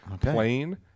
plain